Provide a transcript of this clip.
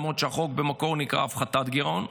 למרות שהחוק במקור נקרא הפחתת גירעון.